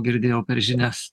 girdėjau per žinias